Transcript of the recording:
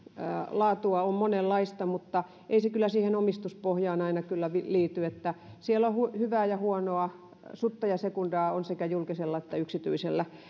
laatua on monenlaista mutta ei se kyllä siihen omistuspohjaan aina liity hyvää ja huonoa sutta ja sekundaa on sekä julkisella että yksityisellä